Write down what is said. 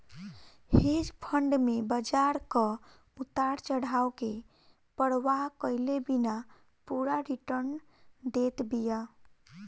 hedge fund में बाजार कअ उतार चढ़ाव के परवाह कईले बिना पूरा रिटर्न देत बिया